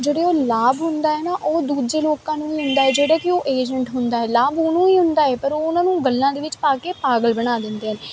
ਜਿਹੜਾ ਉਹ ਲਾਭ ਹੁੰਦਾ ਹੈ ਨਾ ਉਹ ਦੂਜੇ ਲੋਕਾਂ ਨੂੰ ਹੀ ਹੁੰਦਾ ਜਿਹੜੇ ਕਿ ਉਹ ਏਜੰਟ ਹੁੰਦਾ ਲਾਭ ਉਹਨੂੰ ਹੀ ਹੁੰਦਾ ਹੈ ਪਰ ਉਹਨਾਂ ਨੂੰ ਗੱਲਾਂ ਦੇ ਵਿੱਚ ਪਾ ਕੇ ਪਾਗਲ ਬਣਾ ਦਿੰਦੇ ਹਨ